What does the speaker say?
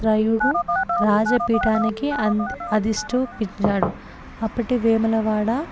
రాయుడు రాజపీఠానికి అది అధిష్టించాడు అప్పటి వేములవాడ